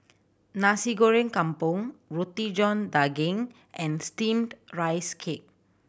Nasi Goreng Kampung Roti John Daging and Steamed Rice Cake